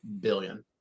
billion